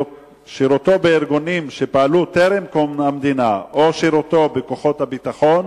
שירותו בארגונים שפעלו טרם קום המדינה או שירותו בכוחות הביטחון,